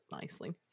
nicely